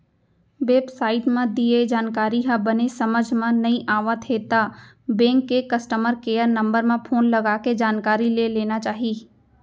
web site म दिये जानकारी ह बने समझ म नइ आवत हे त बेंक के कस्टमर केयर नंबर म फोन लगाके जानकारी ले लेना चाही